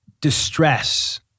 distress